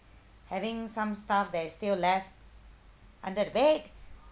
having some stuff that is still left under bed